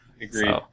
Agreed